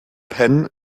penh